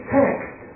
text